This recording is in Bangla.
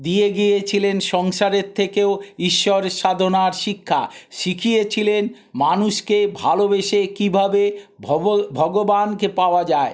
দিয়ে গিয়েছিলেন সংসারের থেকেও ঈশ্বর সাধনার শিক্ষা শিখিয়েছিলেন মানুষকে ভালোবেসে কীভাবে ভগ ভগবানকে পাওয়া যায়